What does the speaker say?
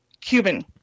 Cuban